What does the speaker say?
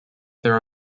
there